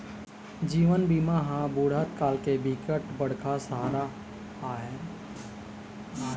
जीवन बीमा ह बुढ़त काल के बिकट बड़का सहारा आय